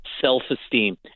self-esteem